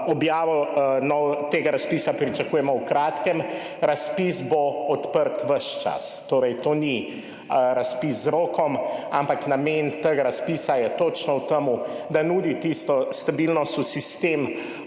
Objavo tega razpisa pričakujemo v kratkem. Razpis bo odprt ves čas. Torej, to ni razpis z rokom, ampak namen tega razpisa je točno v tem, da nudi tisto stabilnost v sistemu